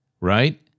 right